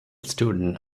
student